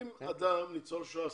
אם אדם ניצול שואה,